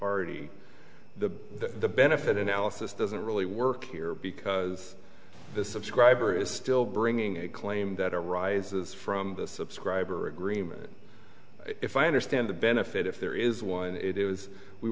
already the benefit analysis doesn't really work here because the subscriber is still bringing a claim that arises from the subscriber agreement if i understand the benefit if there is one and it was we